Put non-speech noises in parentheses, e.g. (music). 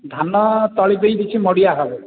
ଧାନ ତଳି ପାଇଁ କିଛି ମଡ଼ିଆ (unintelligible)